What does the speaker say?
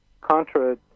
contra